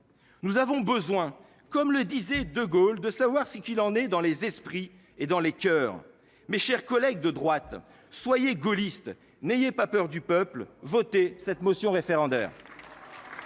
Nous avons besoin, comme le disait De Gaulle, de savoir ce qu'il en est dans les esprits et dans les coeurs. Mes chers collègues de droite soyez gaulliste n'ayez pas peur du peuple voter cette motion référendaire.